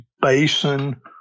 Basin